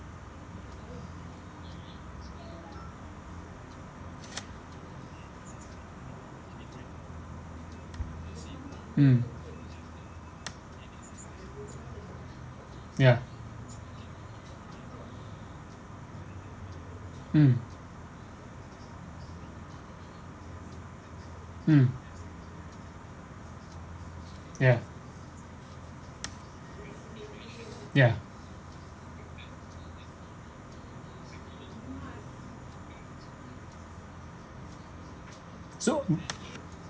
mm ya mm mm ya ya so